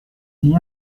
d’y